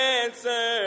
answer